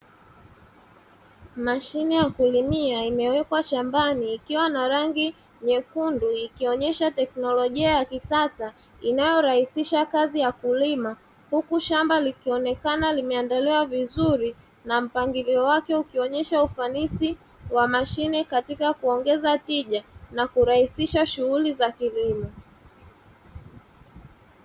Mashine ya kulimia imewekwa shambani ikiwa na rangi nyekundu, ikionyesha teknolojia ya kisasa inayorahisisha kazi ya kulima, huku shamba likionekana limeandaliwa vizuri na mpangilio wake ukionyesha ufanisi wa mashine katika kuongeza tija, na kurahisisha shughuli za kilimo.